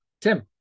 Tim